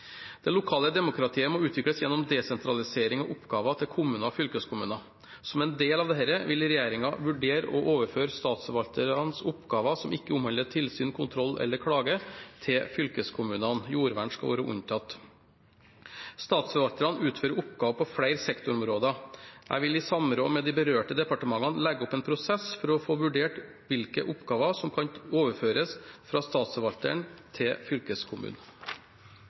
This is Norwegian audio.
Det lokale demokratiet må utvikles gjennom desentralisering av oppgaver til kommuner og fylkeskommuner. Som en del av dette vil regjeringen vurdere å overføre statsforvalternes oppgaver som ikke omhandler tilsyn, kontroll eller klage, til fylkeskommunene. Jordvern skal være unntatt. Statsforvalterne utfører oppgaver på flere sektorområder. Jeg vil i samråd med de berørte departementene legge opp en prosess for å få vurdert hvilke oppgaver som kan overføres fra Statsforvalteren til fylkeskommunen.